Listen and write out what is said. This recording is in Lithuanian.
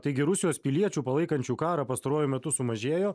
taigi rusijos piliečių palaikančių karą pastaruoju metu sumažėjo